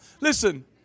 Listen